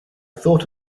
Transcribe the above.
thought